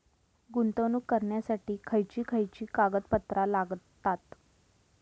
गुंतवणूक करण्यासाठी खयची खयची कागदपत्रा लागतात?